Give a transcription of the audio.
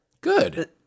Good